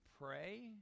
pray